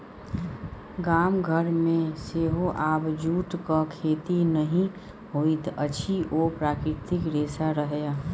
गाम घरमे सेहो आब जूटक खेती नहि होइत अछि ओ प्राकृतिक रेशा रहय